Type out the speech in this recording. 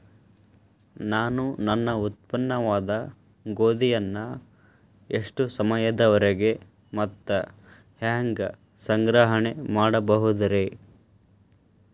ನಾನು ನನ್ನ ಉತ್ಪನ್ನವಾದ ಗೋಧಿಯನ್ನ ಎಷ್ಟು ಸಮಯದವರೆಗೆ ಮತ್ತ ಹ್ಯಾಂಗ ಸಂಗ್ರಹಣೆ ಮಾಡಬಹುದುರೇ?